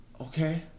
Okay